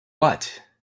what